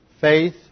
faith